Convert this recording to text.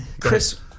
Chris